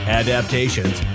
adaptations